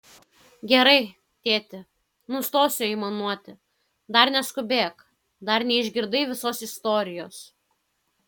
gerai tėti nustosiu aimanuoti dar neskubėk dar neišgirdai visos istorijos